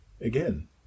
again